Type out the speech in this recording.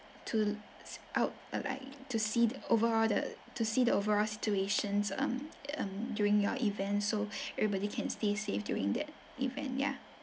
to out uh like to see the overall the to see the overall situations um um during your event so everybody can stay safe during that event ya